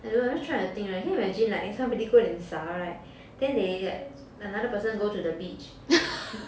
I don't know I'm just trying to think [right] can you imagine like you somebody go and 撒 [right] then they like another person go to the beach